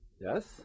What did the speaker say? Yes